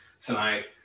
tonight